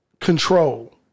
control